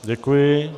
Děkuji.